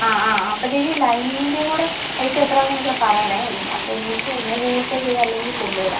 ആ ആ അപ്പം ചേച്ചി ലൈനിങ്ങിൻ്റെ കൂടെ പൈസ എത്രയാണെന്നുവെച്ചാൽ പറയണേ അപ്പോൾ ഒന്നിച്ചു ഒന്നുകിൽ ഗൂഗിൾ പേ ചെയ്യാം അല്ലെങ്കിൽ കൊണ്ടുവരാം